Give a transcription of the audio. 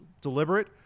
deliberate